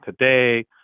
today